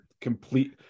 complete